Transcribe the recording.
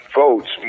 votes